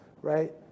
right